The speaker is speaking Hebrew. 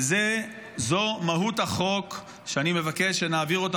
וזאת מהות החוק שאני מבקש שנעביר אותו,